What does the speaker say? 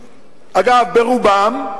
אגב, רובם,